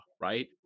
right